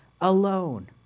alone